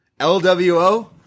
LWO